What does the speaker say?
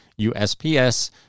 USPS